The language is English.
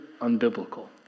unbiblical